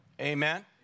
Amen